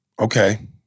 Okay